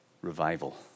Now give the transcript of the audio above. revival